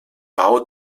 bau